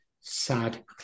sad